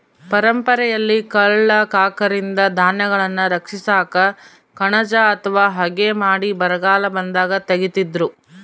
ಪರಂಪರೆಯಲ್ಲಿ ಕಳ್ಳ ಕಾಕರಿಂದ ಧಾನ್ಯಗಳನ್ನು ರಕ್ಷಿಸಾಕ ಕಣಜ ಅಥವಾ ಹಗೆ ಮಾಡಿ ಬರಗಾಲ ಬಂದಾಗ ತೆಗೀತಿದ್ರು